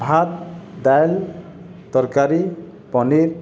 ଭାତ ଦାଇଲ ତରକାରୀ ପନିର